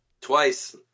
Twice